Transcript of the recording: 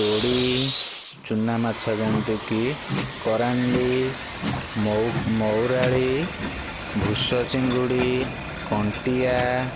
ତୋଡ଼ି ଚୁନାମାଛ ଯେମିତିକି କରାଣ୍ଡି ମଉରାଳି ଭୂସଚିଙ୍ଗୁଡ଼ି କଣ୍ଟିଆ